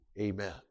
Amen